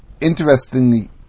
interestingly